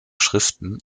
schriften